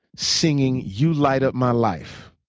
singing you light up my life.